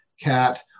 cat